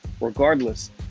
regardless